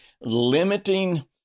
limiting